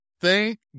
Thank